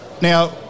Now